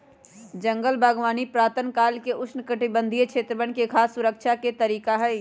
जंगल बागवानी पुरातन काल से उष्णकटिबंधीय क्षेत्रवन में खाद्य सुरक्षा के तरीका हई